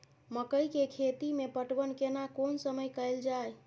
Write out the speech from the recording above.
मकई के खेती मे पटवन केना कोन समय कैल जाय?